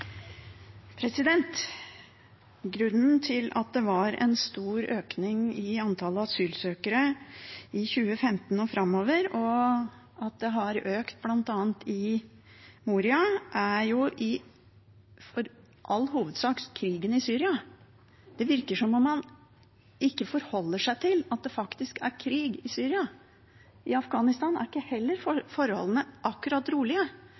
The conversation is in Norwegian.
Grunnen til at det var en stor økning i antallet asylsøkere i 2015 og framover, og at det bl.a. har økt i Moria, er jo i all hovedsak krigen i Syria. Det virker som om man ikke forholder seg til at det faktisk er krig i Syria. Heller ikke i Afghanistan er forholdene akkurat rolige – for